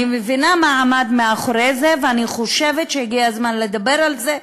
אני מבינה מה עמד מאחורי זה ואני חושבת שהגיע הזמן לדבר על זה,